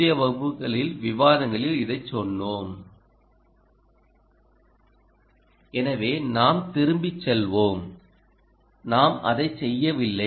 முந்தைய வகுப்புகளில் விவாதங்களில் இதைச் சொன்னோம் எனவே நாம் திரும்பிச் செல்வோம் நாம் அதை செய்யவில்லை